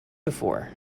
before